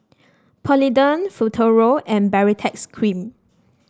Polident Futuro and Baritex Cream